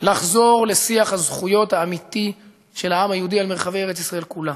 לחזור לשיח הזכויות האמיתי של העם היהודי על מרחבי ארץ-ישראל כולה,